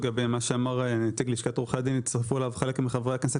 לגבי מה שאמר נציג לשכת עורכי הדין והצטרפו אליו חלק מחברי הכנסת.